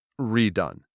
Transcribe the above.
redone